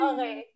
Okay